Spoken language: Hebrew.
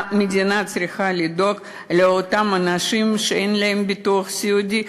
המדינה צריכה לדאוג לאותם אנשים שאין להם ביטוח סיעודי,